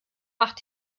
macht